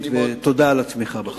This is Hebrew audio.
תודה על התמיכה בחוק.